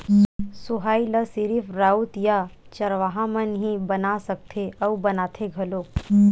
सोहई ल सिरिफ राउत या चरवाहा मन ही बना सकथे अउ बनाथे घलोक